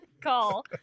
Call